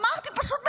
אמרתי, פשוט מאוד,